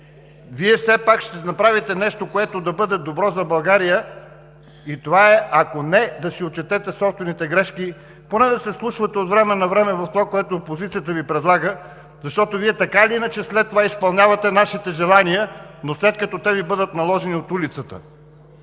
Вие все пак ще направите нещо, което да бъде добро за България – и това е, ако не да си отчетете собствените грешки, поне да се вслушвате от време на време в това, което опозицията Ви предлага, защото Вие така или иначе след това изпълнявате нашите желания, но след като те Ви бъдат наложени от улицата.